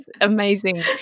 amazing